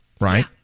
right